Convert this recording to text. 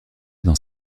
dans